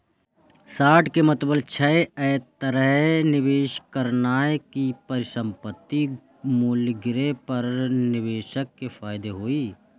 short के मतलब छै, अय तरहे निवेश करनाय कि परिसंपत्तिक मूल्य गिरे पर निवेशक कें फायदा होइ